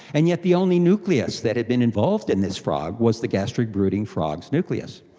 and yet the only nucleus that had been involved in this frog was the gastric brooding frog's nucleus.